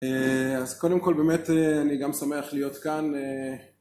אז קודם כל באמת אני גם שמח להיות כאן.